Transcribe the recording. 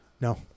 no